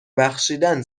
بخشیدن